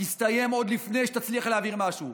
תסתיים עוד לפני שתצליח להעביר משהו.